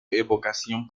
evocación